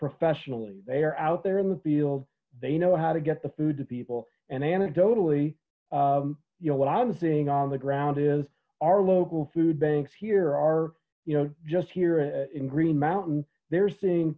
professionally they are out there in the field they know how to get the food to people and anecdotally you know what i'm seeing on the ground is our local food banks here are you know just here in green mountain they're seeing